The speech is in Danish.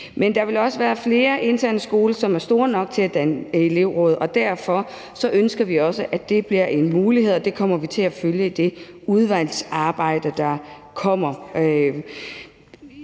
Men der vil også være flere interne skoler, som er store nok til at danne elevråd, og derfor ønsker vi også, at det bliver en mulighed, og det kommer vi til at følge i det udvalgsarbejde, der kommer.